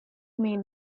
made